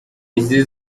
izi